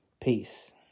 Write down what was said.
Peace